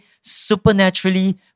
supernaturally